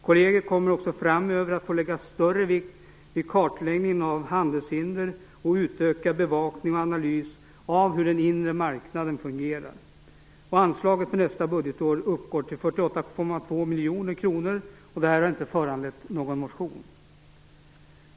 Kollegiet kommer också framöver att få lägga större vikt vid kartläggningen av handelshinder samt utökad bevakning och analys av hur den inre marknaden fungerar. Anslaget för nästa budgetår uppgår till 48,2 miljoner kronor och har inte föranlett någon motion.